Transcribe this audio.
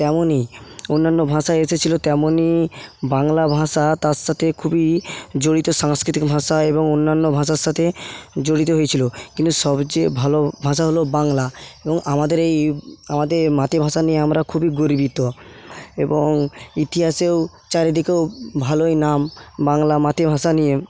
তেমনি অন্যান্য ভাষা এসেছিল তেমনি বাংলা ভাষা তার সাথে খুবই জড়িত সাংস্কৃতিক ভাষা এবং অন্যান্য ভাষার সাথে জড়িত হয়েছিল কিন্তু সবচেয়ে ভালো ভাষা হল বাংলা এবং আমাদের এই আমাদের মাতৃভাষা নিয়ে আমরা খুবই গর্বিত এবং ইতিহাসেও চারিদিকেও ভালোই নাম বাংলা মাতৃভাষা নিয়ে